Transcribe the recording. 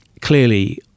clearly